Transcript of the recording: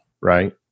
Right